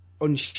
on